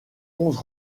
onze